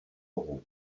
euros